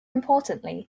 importantly